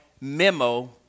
memo